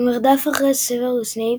במרדף אחרי סוורוס סנייפ,